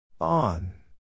On